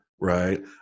right